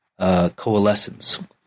coalescence